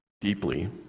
deeply